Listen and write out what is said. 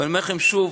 ואני אומר לכם שוב: